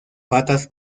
patas